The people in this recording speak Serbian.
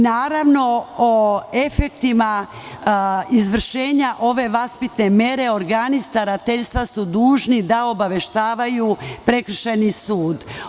Naravno, o efektima izvršenja ove vaspitne mere organi starateljstva su dužni da obaveštavaju prekršajni sud.